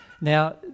Now